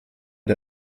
der